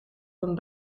een